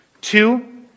Two